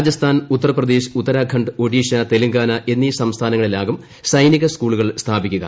രാജസ്ഥാൻ ഉത്തർപ്രദേശ് ഉത്തരാഖണ്ഡ് ഒഡീഷ തെലങ്കാന എന്നീ സംസ്ഥാനങ്ങളിലാകും സൈനിക സ്കൂളുകൾ സ്ഥാപിക്കുക